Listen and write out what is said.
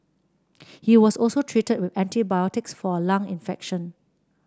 he was also treated with antibiotics for a lung infection